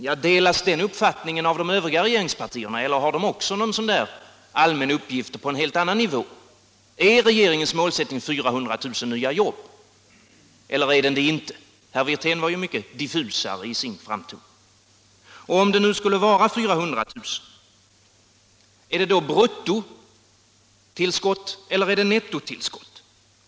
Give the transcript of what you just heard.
Ja, delas den uppfattningen av de övriga regeringspartierna, eller har även de en sådan där allmän uppgift men på en helt annan nivå? Är regeringens mål 400 000 nya jobb eller inte? Herr Wirtén var mycket diffusare i sitt anförande. Om målet nu skulle vara 400 000 kan man fråga sig om det är brutto eller nettotillskott.